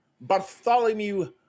Bartholomew